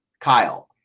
Kyle